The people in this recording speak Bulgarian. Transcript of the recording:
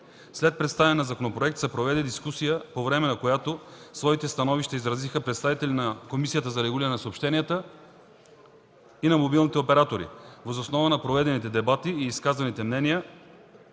След представяне на законопроекта се проведе дискусия, по време на която своите становища изразиха представители на Комисията за регулиране на съобщенията и на мобилните оператори. Въз основа на проведените дебати и изказаните мнения